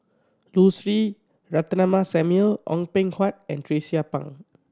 Lucy Ratnammah Samuel Ong Peng Hock and Tracie Pang